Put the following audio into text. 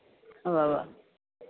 ഉവ്വ് ഉവ്വ